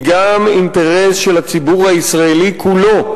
היא גם אינטרס של הציבור הישראלי כולו,